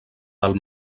del